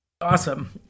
Awesome